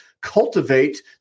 cultivate